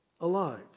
alive